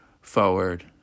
forward